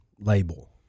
label